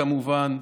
כמובן,